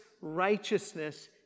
righteousness